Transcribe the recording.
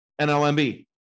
nlmb